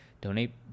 donate